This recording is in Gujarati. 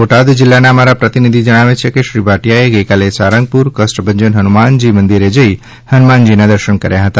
બોટાદ જિલ્લાના અમારા પ્રતિભિધિ જણાવે છે કે શ્રી ભાટિયા એ ગઇકાલે સાળંગપુર કષ્ટભંજન હનુમાનજી મંદિરે જઈ હનુમાન જી ના દર્શન કર્યા હતા